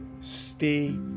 stay